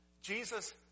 Jesus